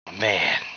Man